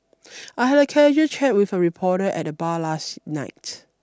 I had a casual chat with a reporter at the bar last night